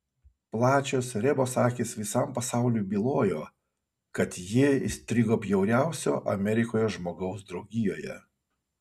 plačios rebos akys visam pasauliui bylojo kad ji įstrigo bjauriausio amerikoje žmogaus draugijoje